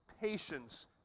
patience